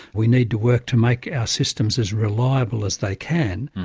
we need to work to make our systems as reliable as they can.